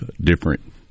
different